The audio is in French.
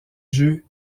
jeu